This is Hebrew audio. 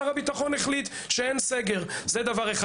שר הביטחון החליט שאין סגר, זה דבר אחד.